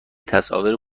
تصاویر